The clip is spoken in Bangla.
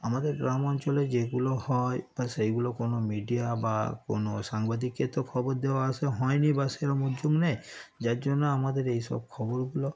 আমাদের গ্রাম অঞ্চলে যেগুলো হয় বা সেগুলো কোনো মিডিয়া বা কোনো সাংবাদিককে তো খবর দেওয়া আর সে হয় না বা সেরকম ওর জন্যে যার জন্য আমাদের এইসব খবরগুলো